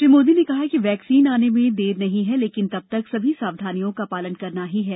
श्री मोदी ने कहा कि वैक्सीन आने में देर नहीं है लेकिन तब तक सभी सावधानियों का पालन करना ही है